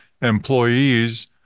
employees